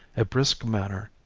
a brisk manner,